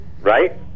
Right